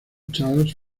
charles